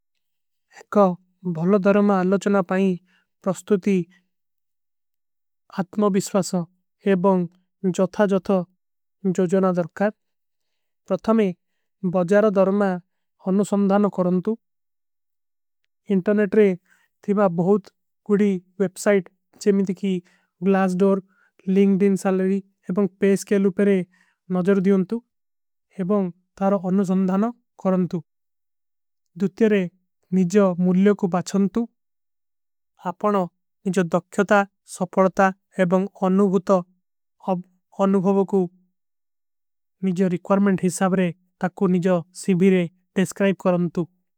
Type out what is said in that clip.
ଏକ ଭଳ୍ଲଧର୍ମା ଅଲଚନା ପାଈ ପ୍ରସ୍ତୁତି ଆତ୍ମଵିଶ୍ଵାସ ଏବଂ ଜୋଥା ଜୋଥା ଜୋଜନା ଦରକାର। ପ୍ରଥମେ, ବଜାର ଧର୍ମା ଅନୁସଂଧାନ କରଂତୁ। ଇଂଟରନେଟ ରେ ଥିଵା ବହୁତ କୁଡୀ ଵେପସାଇଟ ଚେମୀଦ କୀ ଗ୍ଲାସ ଡୌର, ଲିଂକଡିନ ସଲରୀ ଏବଂ ପେସ କେ ଲୁପେରେ ନଜର ଦିଯୋଂତୁ ଏବଂ ତାର ଅନୁସଂଧାନ କରଂତୁ। ଦୁତ୍ଯରେ, ନିଜଵ ମୁଲ୍ଯୋ କୁ ବାଛଂତୁ, ଆପନୋ ନିଜଵ ଦକ୍ଯୋତା, ସପଡତା ଏବଂ ଅନୁଭୁତା ଅବ ଅନୁଭଵ କୁ ନିଜଵ ରିକ୍ଵର୍ମେଂଟ ହିସାବରେ ତକୁ ନିଜଵ ସିଵୀରେ ଡେସ୍କ୍ରାଇବ କରଂତୁ।